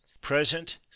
Present